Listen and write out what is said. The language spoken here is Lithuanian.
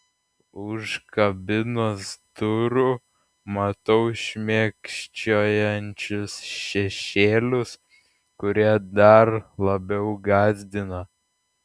už kabinos durų matau šmėkščiojančius šešėlius kurie dar labiau gąsdina